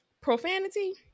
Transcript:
profanity